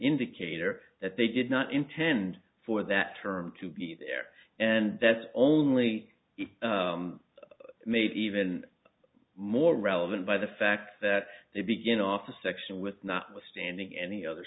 indicator that they did not intend for that term to be there and that's only made even more relevant by the fact that they begin off a section with notwithstanding any other